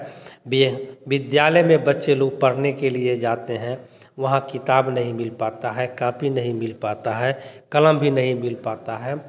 यह विद्यालय में बच्चे लोग पढ़ने के लिए जाते हैं वहाँ किताब नहीं मिल पाता है काँपी नहीं मिल पाता है कलम भी नहीं मिल पाता है